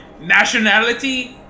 nationality